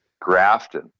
Grafton